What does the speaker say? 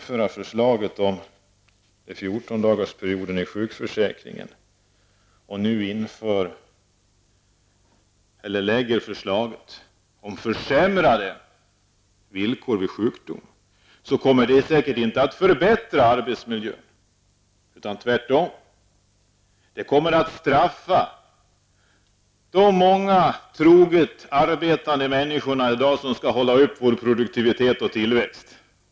Förslaget om en 14-dagarsperiod i sjukförsäkringen och om försämrade villkor vid sjukdom kommer säkert inte att förbättra arbetsmiljön. Tvärtom kommer det att straffa de många troget arbetande människor som i dag skall upprätthålla vår produktivitet och tillväxt.